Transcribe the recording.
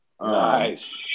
nice